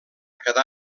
quedar